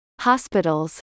hospitals